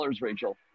Rachel